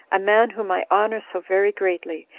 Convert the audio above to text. a man whom i honor so very greatly,